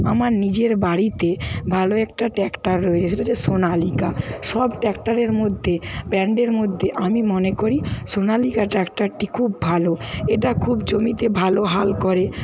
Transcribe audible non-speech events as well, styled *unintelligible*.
আমার নিজের বাড়িতে ভালো একটা ট্র্যাক্টর রয়েছে সেটা *unintelligible* সোনালিকা সব ট্র্যাক্টরের মধ্যে ব্র্যান্ডের মধ্যে আমি মনে করি সোনালিকা ট্র্যাক্টরটি খুব ভালো এটা খুব জমিতে ভালো হাল করে